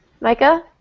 Micah